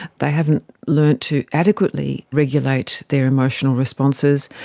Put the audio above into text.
they haven't learned to adequately regulate their emotional responses,